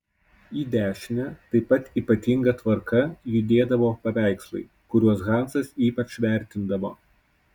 į dešinę taip pat ypatinga tvarka judėdavo paveikslai kuriuos hansas ypač vertindavo